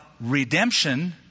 redemption